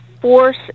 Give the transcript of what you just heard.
force